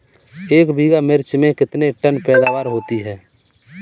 एक बीघा मिर्च में कितने टन पैदावार होती है?